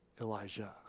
Elijah